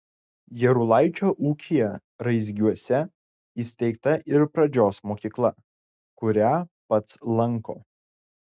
jarulaičio ūkyje raizgiuose įsteigta ir pradžios mokykla kurią pats lanko